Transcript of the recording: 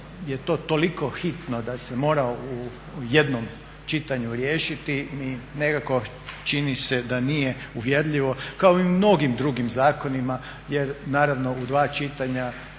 je to toliko hitno da se morao u jednom čitanju riješiti mi nekako čini se da nije uvjerljivi kao i u mnogim drugim zakonima jer naravno u dva čitanja